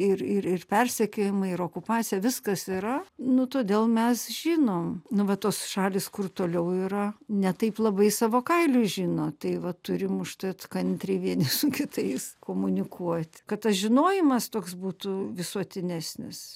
ir ir ir persekiojimai ir okupacija viskas yra nu todėl mes žinom nu va tos šalys kur toliau yra ne taip labai savo kailiu žino tai va turim užtat kantriai vieni su kitais komunikuot kad tas žinojimas toks būtų visuotinesnis